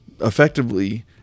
effectively